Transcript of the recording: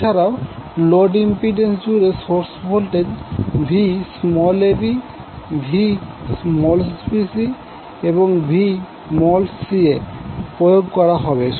এছাড়াও load impedance জুড়ে source voltage Vab Vbc এবং Vcaপ্রয়োগ করা হবে